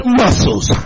muscles